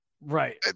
Right